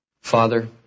Father